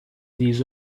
these